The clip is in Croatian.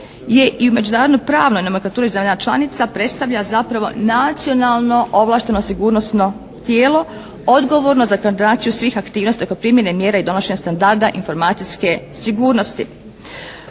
je i u međunarodno pravnoj …/Govornik se ne razumije./… zemalja članica predstavlja zapravo nacionalno, ovlašteno, sigurnosno tijelo odgovorno za koordinaciju svih aktivnosti oko primjene mjera i donošenja standarda informacijske sigurnosti.